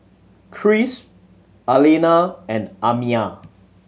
Krish Alina and Amiah